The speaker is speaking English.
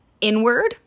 inward